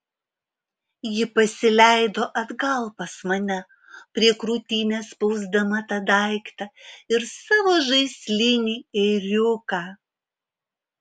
ji pasileido atgal pas mane prie krūtinės spausdama tą daiktą ir savo žaislinį ėriuką